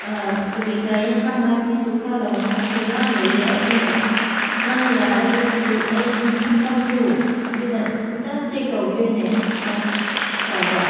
ꯀꯔꯤ ꯀꯔꯥ ꯑꯦꯟꯁꯥꯡ ꯅꯥꯄꯤꯁꯨ ꯈꯔ ꯂꯧꯅꯤꯡꯉꯥꯏꯁꯨ ꯌꯥꯝ ꯂꯩꯌꯦ ꯑꯗꯨꯅ ꯅꯪ ꯌꯥꯔꯒꯗꯤ ꯑꯩꯒꯤ ꯐꯝꯐꯝꯗꯨ ꯑꯗꯨꯗ ꯑꯃꯨꯛꯇ ꯆꯦꯛ ꯇꯧꯕꯤꯌꯨꯅꯦ ꯇꯥ ꯆꯥꯎꯕ